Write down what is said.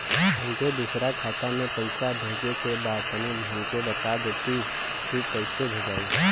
हमके दूसरा खाता में पैसा भेजे के बा तनि हमके बता देती की कइसे भेजाई?